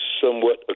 somewhat